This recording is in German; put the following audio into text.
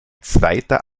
zweiter